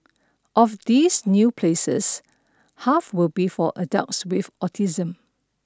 of these new places half will be for adults with autism